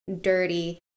dirty